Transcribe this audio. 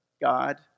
God